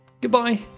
Goodbye